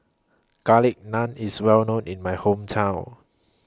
Garlic Naan IS Well known in My Hometown